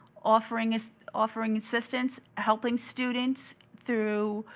offering offering assistance, helping students through,